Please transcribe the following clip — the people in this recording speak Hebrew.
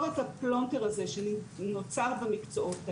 את הפלונטר הזה שנוצר במקצועות האלה,